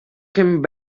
came